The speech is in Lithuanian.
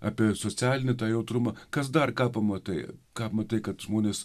apie socialinį jautrumą kas dar ką pamatai ką matai kad žmonės